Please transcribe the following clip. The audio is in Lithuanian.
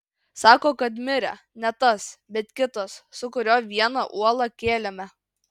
sako kad mirė ne tas bet kitas su kuriuo vieną uolą kėlėme